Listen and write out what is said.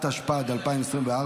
התשפ"ד 2024,